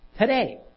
today